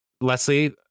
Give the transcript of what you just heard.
Leslie